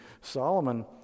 Solomon